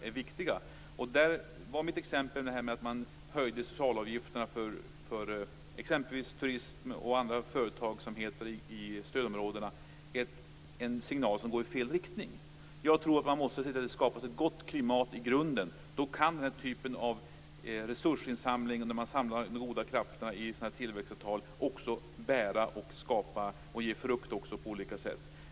är viktiga, och mitt exempel, att man höjde socialavgifterna för exempelvis turism och andra företagsamheter i stödområdena, var en signal i fel riktning. Jag tror att man måste se till att det skapas ett gott klimat i grunden. Då kan den här typen av resursinsamling, då man samlar de goda krafterna i sådana här tillväxtavtal, också bära, skapa och ge frukt på olika sätt.